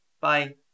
Bye